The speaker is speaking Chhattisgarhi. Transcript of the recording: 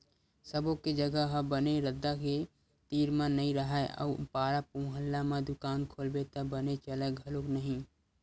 सब्बो के जघा ह बने रद्दा के तीर म नइ राहय अउ पारा मुहल्ला म दुकान खोलबे त बने चलय घलो नहि